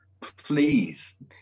Please